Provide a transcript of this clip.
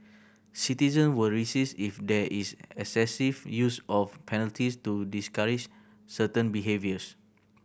citizen will resist if there is excessive use of penalties to discourage certain behaviours